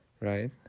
right